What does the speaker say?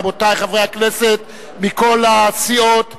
רבותי חברי הכנסת מכל הסיעות,